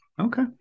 Okay